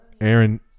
Aaron